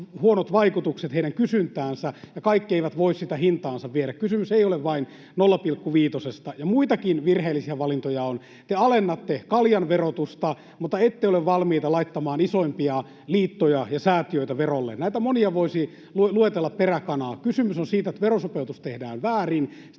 huonot vaikutukset heidän kysyntäänsä, ja kaikki eivät voi sitä hintaansa viedä — kysymys ei ole vain 0,5:stä. Muitakin virheellisiä valintoja on: te alennatte kaljan verotusta, mutta ette ole valmiita laittamaan isoimpia liittoja ja säätiöitä verolle. Näitä monia voisi luetella peräkanaa. Kysymys on siitä, että verosopeutus tehdään väärin,